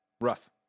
Rough